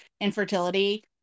infertility